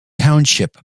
township